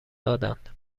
دادند